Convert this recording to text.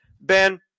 Ben